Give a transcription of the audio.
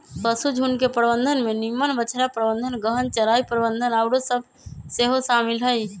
पशुझुण्ड के प्रबंधन में निम्मन बछड़ा प्रबंधन, गहन चराई प्रबन्धन आउरो सभ सेहो शामिल हइ